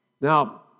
Now